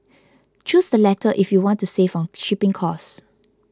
choose the latter if you want to save on shipping cost